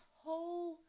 whole